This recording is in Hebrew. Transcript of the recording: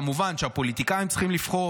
כמובן שהפוליטיקאים צריכים לבחור.